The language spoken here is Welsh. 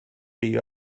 chi